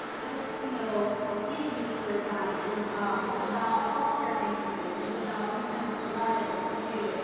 but it's you know babies who are dying, it's um it's about health care issues, it's about sometimes blood and tissue,